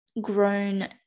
grown